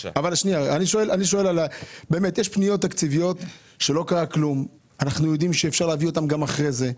יש פניות תקציביות שאפשר להביא אותן גם אחרי הבחירות,